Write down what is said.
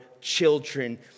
children